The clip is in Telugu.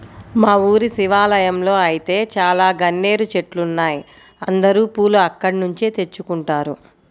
మా ఊరి శివాలయంలో ఐతే చాలా గన్నేరు చెట్లున్నాయ్, అందరూ పూలు అక్కడ్నుంచే తెచ్చుకుంటారు